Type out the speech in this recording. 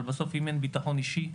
אבל בסוף, אם אין ביטחון אישי,